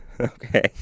Okay